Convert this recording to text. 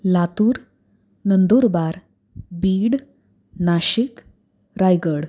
Latur Nandurbar Beed Nashik Raigad